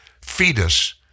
fetus